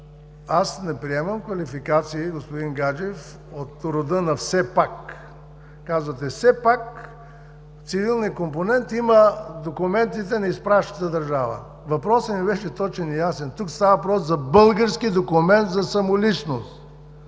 Аз не приемам квалификации, господин Гаджев, от рода на „все пак“ – казвате: „все пак цивилният компонент има документите на изпращащата държава“. Въпросът ми беше точен и ясен. Тук става въпрос за български документ за самоличност.